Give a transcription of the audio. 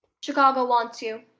chicago wants you.